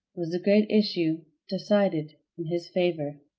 was the great issue decided in his favor.